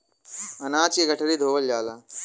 अनाज के गठरी धोवल जाला